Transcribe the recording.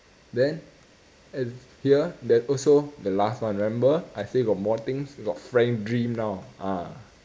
then and here there's also the last one you remember I say got more things got frank dream now ah